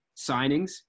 signings